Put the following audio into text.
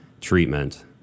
treatment